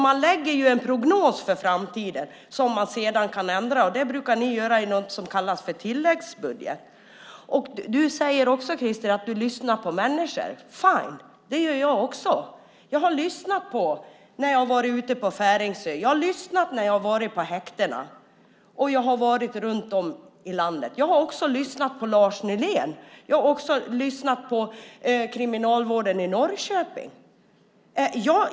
Man gör ju en prognos för framtiden som man sedan kan ändra, och det brukar ni göra i något som kallas för tilläggsbudget. Du säger också, Krister, att du lyssnar på människor - fine ! Det gör jag också. Jag har lyssnat när jag har varit ute på Färingsö. Jag har lyssnat när jag har varit på häktena. Och jag har varit runt om i landet. Jag har också lyssnat på Lars Nylén. Jag har också lyssnat på Kriminalvården i Norrköping.